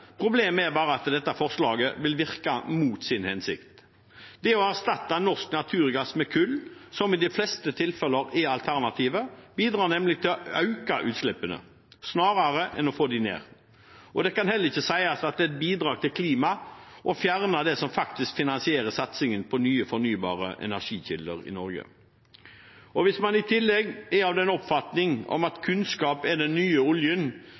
Problemet er bare at dette forslaget vil virke mot sin hensikt. Det å erstatte norsk naturgass med kull, som i de fleste tilfeller er alternativet, bidrar nemlig til å øke utslippene snarere enn å få dem ned. Det kan heller ikke sies at det er et bidrag til klimaet å fjerne det som faktisk finansierer satsingen på nye, fornybare energikilder i Norge. Hvis man i tillegg er av den oppfatning at kunnskap er den nye oljen